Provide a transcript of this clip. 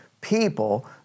people